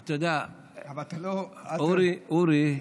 אורי,